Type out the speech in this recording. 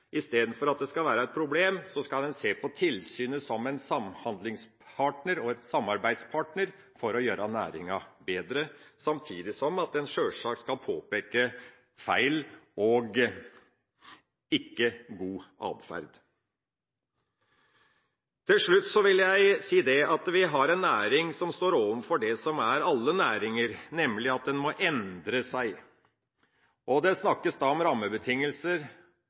Istedenfor at det skal være et problem, skal en se på tilsynet som en samhandlingspartner og en samarbeidspartner for å gjøre næringa bedre, samtidig som en sjølsagt skal påpeke feil og ikke god adferd. Vi har ei næring som står overfor det samme som alle andre næringer, nemlig at den må endre seg. Det snakkes da om rammebetingelser.